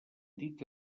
dita